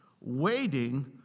waiting